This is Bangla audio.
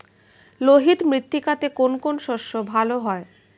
লোহিত মৃত্তিকাতে কোন কোন শস্য ভালো হয়?